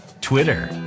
Twitter